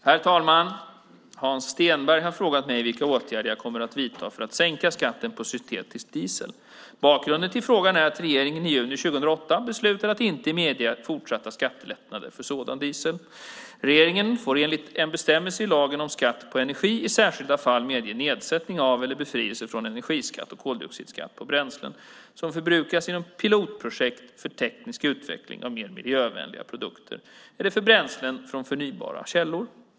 Herr talman! Hans Stenberg har frågat mig vilka åtgärder jag kommer att vidta för att sänka skatten på syntetisk diesel. Bakgrunden till frågan är att regeringen i juni 2008 beslutade att inte medge fortsatta skattelättnader för sådan diesel. Regeringen får enligt en bestämmelse i lagen om skatt på energi i särskilda fall medge nedsättning av eller befrielse från energiskatt och koldioxidskatt på bränslen som förbrukas inom pilotprojekt för teknisk utveckling av mer miljövänliga produkter eller för bränslen från förnybara källor.